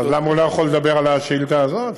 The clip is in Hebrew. אז למה הוא לא יכול לדבר על השאילתה הזאת?